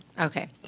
okay